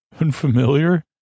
Unfamiliar